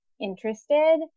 interested